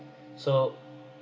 so